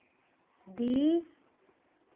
दी